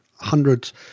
hundreds